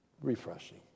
refreshing